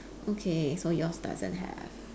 okay so yours doesn't have